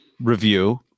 review